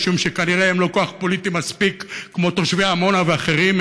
משום שכנראה הם לא כוח פוליטי מספיק כמו תושבי עמונה ואחרים,